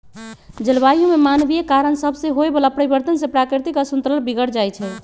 जलवायु में मानवीय कारण सभसे होए वला परिवर्तन से प्राकृतिक असंतुलन बिगर जाइ छइ